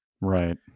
Right